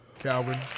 Calvin